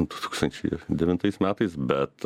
du tūkstančiai devintais metais bet